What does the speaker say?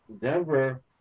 Denver